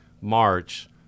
March